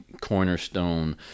cornerstone